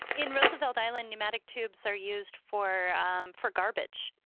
in roosevelt island, pneumatic tubes are used for um for garbage.